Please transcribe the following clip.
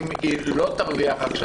אם היא לא תרוויח עכשיו,